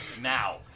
Now